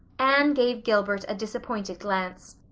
anne gave gilbert a disappointed glance.